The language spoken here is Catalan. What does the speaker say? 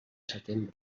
setembre